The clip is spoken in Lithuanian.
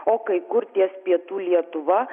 o kai kur ties pietų lietuva